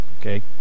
Okay